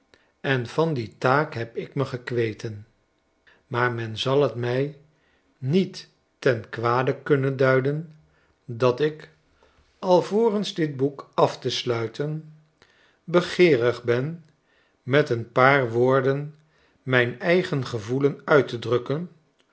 en van die taak heb ik me gekweten maar men zal t mij niet ten kwade kunnen duiden dat ik alvorens dit boek af te sluiten begeerig ben met een paar woorden myn eigen gevoelen uit te drukken